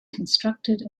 constructed